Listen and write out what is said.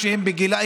מתלוננים?